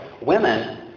Women